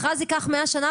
מכרז ייקח מאה שנה,